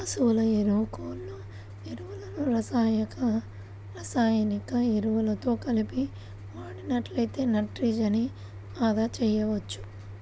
పశువుల ఎరువు, కోళ్ళ ఎరువులను రసాయనిక ఎరువులతో కలిపి వాడినట్లయితే నత్రజనిని అదా చేయవచ్చు